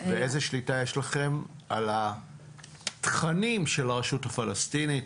ואיזה שליטה יש לכם על התכנים של הרשות הפלסטינית?